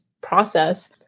process